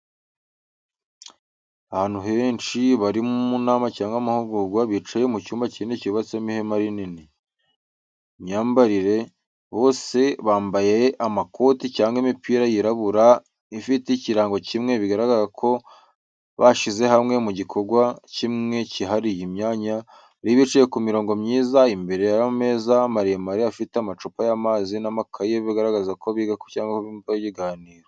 Abantu benshi bari mu nama cyangwa amahugurwa, bicaye mu cyumba kinini cyubatsemo ihema rinini. Imyambarire: Bose bambaye amakoti cyangwa imipira yirabura, ifite ikirango kimwe, bigaragaza ko bashyize hamwe mu gikorwa kimwe cyihariye. Imyanya: Bari bicaye mu mirongo myiza, imbere hari ameza maremare afite amacupa y’amazi n’amakaye, bigaragaza ko biga cyangwa bumva ibiganiro.